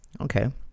Okay